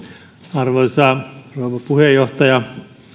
arvoisa rouva puheenjohtaja